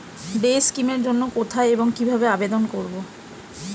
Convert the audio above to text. Day scheme এর জন্য কোথায় এবং কিভাবে আবেদন করব?